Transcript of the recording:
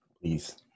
Please